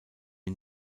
ihn